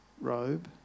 robe